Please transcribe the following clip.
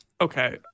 Okay